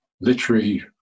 literary